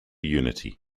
unity